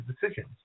decisions